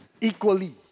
equally